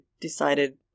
decided